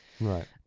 Right